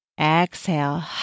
Exhale